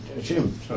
Jim